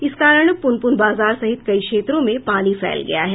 इस कारण पुनपुन बाजार सहित कई क्षेत्रों में पानी फैल गया है